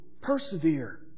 Persevere